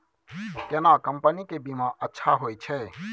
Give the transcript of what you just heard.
केना कंपनी के बीमा अच्छा होय छै?